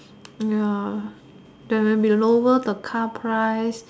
ya they maybe lower the car price